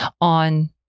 on